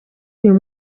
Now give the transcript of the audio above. uyu